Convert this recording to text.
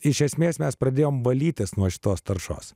iš esmės mes pradėjome valytis nuo šitos taršos